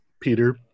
Peter